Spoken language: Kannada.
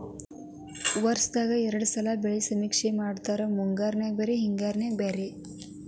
ವರ್ಷದಲ್ಲಿ ಎರ್ಡ್ ಸಲಾ ಬೆಳೆ ಸಮೇಕ್ಷೆ ಮಾಡತಾರ ಮುಂಗಾರಿಗೆ ಬ್ಯಾರೆ ಹಿಂಗಾರಿಗೆ ಬ್ಯಾರೆ